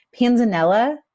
panzanella